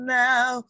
now